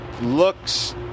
looks